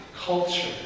culture